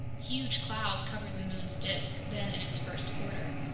huge clouds covered the moon's disk, then in its first quarter.